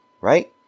right